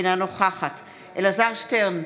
אינה נוכחת אלעזר שטרן,